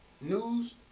news